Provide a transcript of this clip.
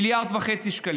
1.5 מיליארד שקלים,